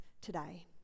today